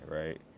right